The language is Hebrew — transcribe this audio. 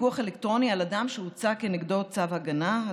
פיקוח אלקטרוני על אדם שהוצא כנגדו צו הגנה),